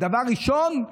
דבר ראשון,